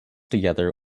together